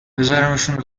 بزارمشون